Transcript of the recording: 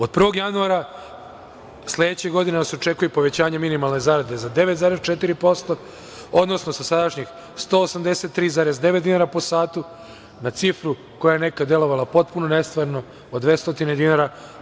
Od 1. januara sledeće godine očekuje nas povećanje i minimalne zarade za 9,4%, odnosno sa sadašnjih 183,9 dinara po satu na cifru koja je nekada delovala potpuno nestvarno, od 200 dinara.